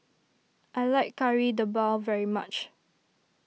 I like Kari Debal very much